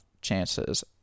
chances